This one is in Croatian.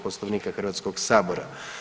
Poslovnika Hrvatskog sabora.